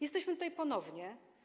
Jesteśmy tutaj ponownie.